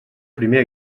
primer